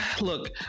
look